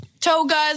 Togas